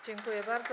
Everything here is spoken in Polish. Dziękuję bardzo.